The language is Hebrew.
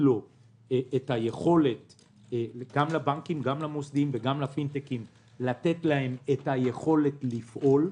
לו וגם לבנקים גם לפינטקים וגם למוסדיים את היכולת לפעול.